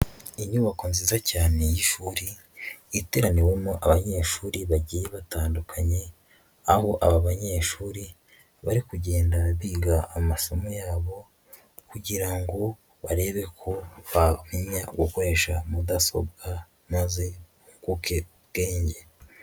Inyubako nziza cyane y'ishuri yateraniwemo abanyeshuri bagiye batandukanye, aho aba banyeshuri bari kugenda biga amasomo yabo kugirango barebe ko bamenya gukoresha mudasobwa maze bunguke ubwenge.